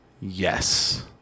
yes